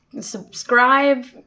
subscribe